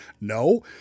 No